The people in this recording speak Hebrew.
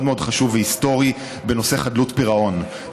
מאוד חשוב והיסטורי בנושא חדלות פירעון,